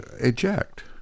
Eject